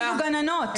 אפילו גננות.